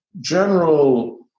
general